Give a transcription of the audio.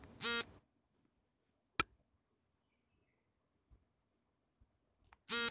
ರಾಗಿ ಕಟಾವು ಮತ್ತು ಒಕ್ಕಣೆ ಮಾಡಲು ಬಳಸುವ ಯಂತ್ರಕ್ಕೆ ಒಂದು ಎಕರೆಗೆ ತಗಲುವ ಅಂದಾಜು ವೆಚ್ಚ ಎಷ್ಟು?